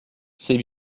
c’est